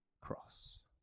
cross